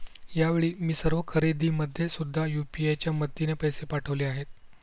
यावेळी मी सर्व खरेदीमध्ये सुद्धा यू.पी.आय च्या मदतीने पैसे पाठवले आहेत